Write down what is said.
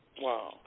Wow